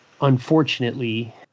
unfortunately